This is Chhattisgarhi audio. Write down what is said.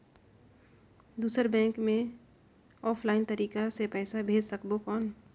दुसर बैंक मे ऑफलाइन तरीका से पइसा भेज सकबो कौन?